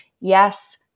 Yes